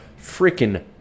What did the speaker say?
freaking